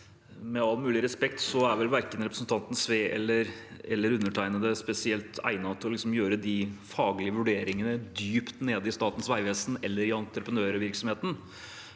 Med all mulig respekt: Nå er vel verken representanten Sve eller undertegnede spesielt egnet til å gjøre de faglige vurderingene dypt nede i Statens vegvesen eller i entreprenørvirksomheten.